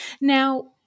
now